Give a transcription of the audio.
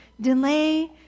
delay